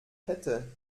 kette